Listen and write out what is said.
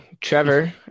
Trevor